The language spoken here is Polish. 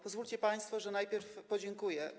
Pozwólcie państwo, że najpierw podziękuję.